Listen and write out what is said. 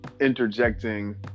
interjecting